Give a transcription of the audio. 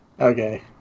Okay